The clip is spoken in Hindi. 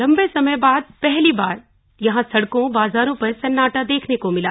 लंबे समय बाद पहली बार यहां सड़कों बाजारों पर सन्नाटा देखने को मिला